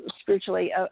spiritually